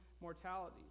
mortality